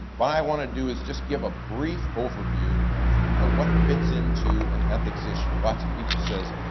but i want to do is just give a brief overview of kinda kind of what fits into an ethics issue. lots of people says,